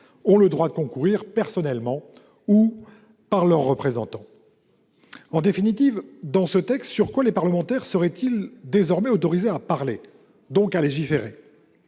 ont le droit de concourir, personnellement ou par leurs représentants. En définitive, sur quoi, dans ce texte, les parlementaires seraient-ils autorisés à parler, donc à légiférer ?